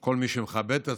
כל מי שמכבד את עצמו,